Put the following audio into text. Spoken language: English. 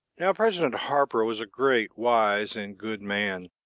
now president harper was a great, wise and good man.